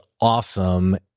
awesome